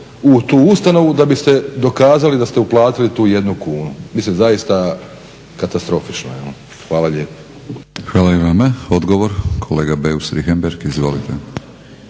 u tu ustanovu da biste dokazali da ste uplatiti tu 1 kunu. Mislim, zaista katastrofično. Hvala lijepa.